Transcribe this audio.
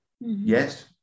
Yes